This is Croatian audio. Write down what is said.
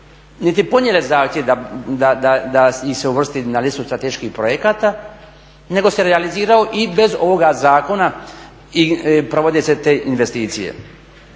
niti ponijele zahtjev da ih se uvrsti na listu strateških projekata nego se realizirao i bez ovoga zakona i provode se te investicije.